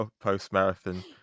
post-marathon